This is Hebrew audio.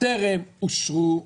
טרם אושרו,